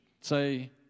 say